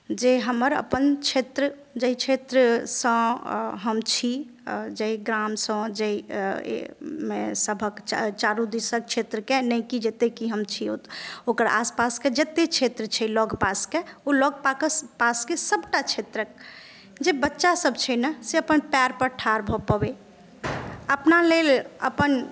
जे हमर अपन क्षेत्र जाहि क्षेत्र सँ हम छी जाहि गाम सँ जाहि सभक चारू दिसक क्षेत्र के नहि की जतय के हम छी ओकर आसपास के जतय क्षेत्र छै लग पास के ओ लग पास के सबटा क्षेत्रक जे बच्चा सब छै ने से अपन पएर पर ठाड़ भऽ पबै अपना लेल अपन